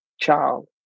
child